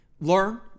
learn